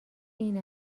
این